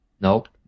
Nope